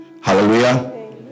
Hallelujah